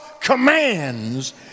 commands